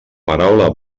paraula